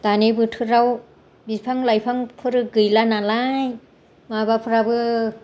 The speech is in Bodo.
दानि बोथोराव बिफां लाइफांफोर गैला नालाय माबाफोराबो